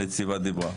הנציבה דיברה.